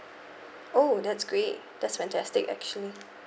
oh that's great that's fantastic actually